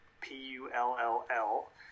p-u-l-l-l